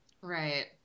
Right